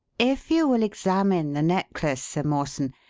if you will examine the necklace, sir mawson,